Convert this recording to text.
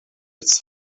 its